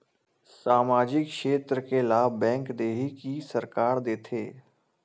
सामाजिक क्षेत्र के लाभ बैंक देही कि सरकार देथे?